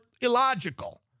illogical